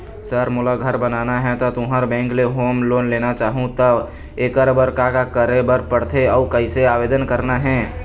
Sir मोला घर बनाना हे ता तुंहर बैंक ले होम लोन लेना चाहूँ ता एकर बर का का करे बर पड़थे अउ कइसे आवेदन करना हे?